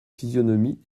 physionomie